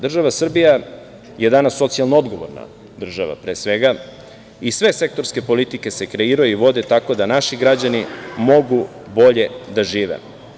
Država Srbija je danas socijalno odgovorna država pre svega i sve sektorske politike se kreiraju i vode tako da naši građani mogu bolje da žive.